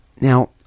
Now